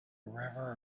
river